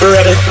Ready